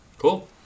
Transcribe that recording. Cool